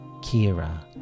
Kira